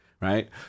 right